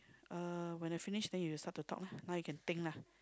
uh when I finish then you start to talk lah now you can think lah